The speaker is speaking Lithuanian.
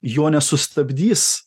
jo nesustabdys